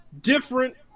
different